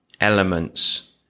elements